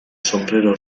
sombrero